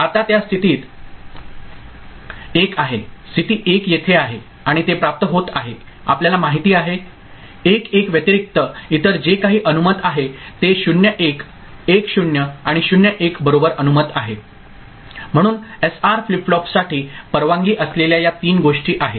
आता त्या स्थितीत 1 आहे स्थिती 1 येथे आहे आणि ते प्राप्त होत आहे आपल्याला माहिती आहे 1 1 व्यतिरिक्त इतर जे काही अनुमत आहे ते 0 1 1 0 आणि 0 1 बरोबर अनुमत आहे म्हणून एसआर फ्लिप फ्लॉपसाठी परवानगी असलेल्या या तीन गोष्टी आहेत